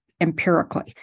empirically